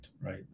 right